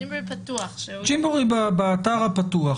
ג'ימבורי באתר הפתוח,